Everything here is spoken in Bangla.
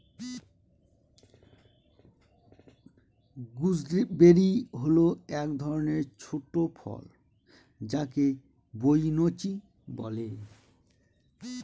গুজবেরি হল এক ধরনের ছোট ফল যাকে বৈনচি বলে